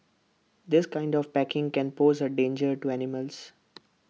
this kind of packaging can pose A danger to animals